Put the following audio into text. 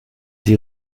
die